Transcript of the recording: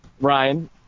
Ryan